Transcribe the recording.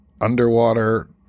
underwater